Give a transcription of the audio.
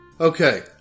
Okay